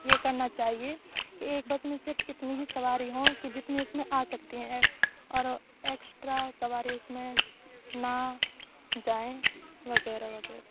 یہ کرنا چاہیے کہ ایک بس میں صرف اتنی ہی سواری ہوں کہ جتنی اس میں آ سکتی ہیں اور ایکسٹرا سواری اس میں نہ جائیں وغیرہ وغیرہ